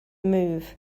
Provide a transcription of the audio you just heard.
move